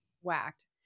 whacked